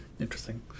interesting